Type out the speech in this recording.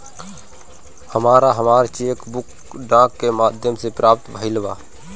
हमरा हमर cheque book डाक के माध्यम से प्राप्त भईल बा